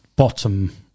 bottom